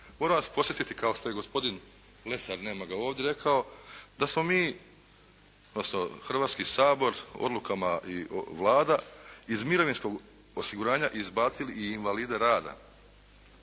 moram vas podsjetiti kao što je gospodin Lesar nema ga ovdje rekao da smo mi, odnosno Hrvatski sabor odlukama i Vlada iz mirovinskog osiguranja izbacili i invalide rada